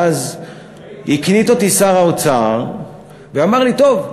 ואז הקניט אותי שר האוצר ואמר לי: טוב,